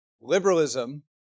liberalism